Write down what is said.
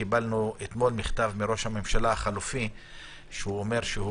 אתמול קיבלנו מכתב מראש הממשלה החלופי שאומר שהוא